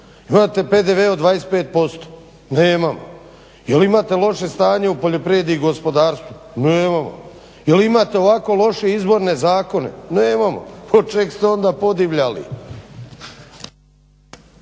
Imate PDV od 25%? Nemamo. Je li imate loše stanje u poljoprivredi i gospodarstvu? Nemamo. Je li imate ovako loše izborne zakone? Nemamo. Pa od čega ste onda podivljali?